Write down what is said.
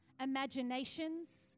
imaginations